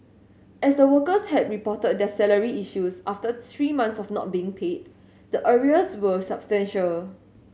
as the workers had reported their salary issues after three months of not being paid the arrears were substantial